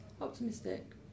Optimistic